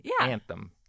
anthem